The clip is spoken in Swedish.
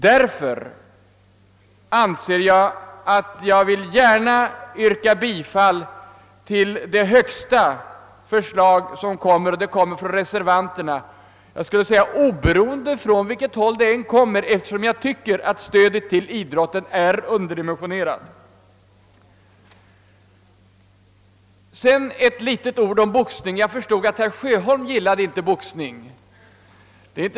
Därför vill jag gärna yrka bifall till reservationen 6, eftersom den föreslår det högsta anslaget till idrotten. Jag skulle ha yrkat bifall till det förslag som innebar det högsta anslaget från vilket håll det än hade lagts fram, eftersom jag tycker att stödet till idrotten är underdimensionerat. Sedan några ord om boxning. Jag förstår att herr Sjöholm inte gillar den sporten.